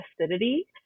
acidity